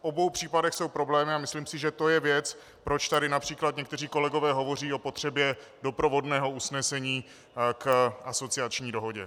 V obou případech jsou problémy a myslím si, že to je věc, proč tady například někteří kolegové hovoří o potřebě doprovodného usnesení k asociační dohodě.